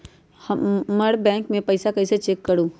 हमर बैंक में पईसा कईसे चेक करु?